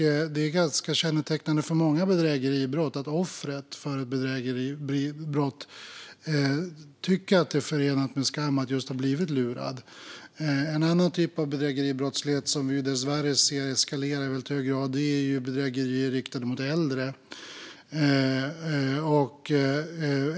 Det är ganska kännetecknade för många bedrägeribrott att offret för bedrägeribrottet tycker att det är förenat med skam att just ha blivit lurad. En annan typ av bedrägeribrottslighet som vi dessvärre ser eskalera i väldigt hög grad är bedrägerier riktade mot äldre.